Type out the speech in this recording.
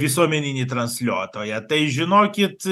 visuomeninį transliuotoją tai žinokit